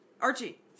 Archie